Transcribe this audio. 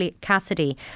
Cassidy